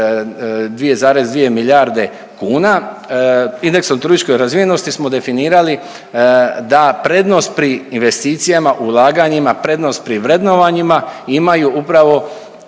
2,2 milijarde kuna, indeksom o turističkoj razvijenosti smo definirali da prednost pri investicijama, ulaganjima, prednost pri vrednovanjima, imaju upravo